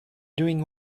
doing